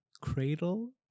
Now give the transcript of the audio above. cradle